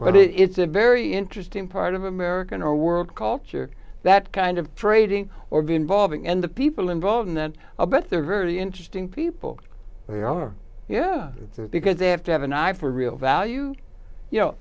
but it's a very interesting part of american or world culture that kind of trading or be involving and the people involved and then i'll bet they're very interesting people they are yeah because they have to have an eye for real value y